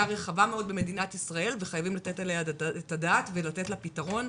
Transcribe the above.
רחבה מאוד במדינת ישראל וחייבים לתת עליה את הדעת ולתת לה פתרון.